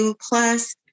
plus